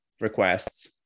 requests